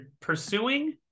pursuing